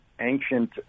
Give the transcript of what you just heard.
ancient